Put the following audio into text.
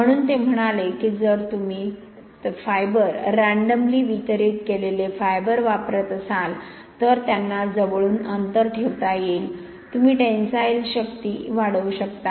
म्हणून ते म्हणाले की जर तुम्ही तंतू रँडमली वितरीत केलेले तंतू वापरत असाल तर त्यांना जवळून अंतर ठेवता येईल तुम्ही टेंसाईल शक्ती वाढवू शकता